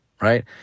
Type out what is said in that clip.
Right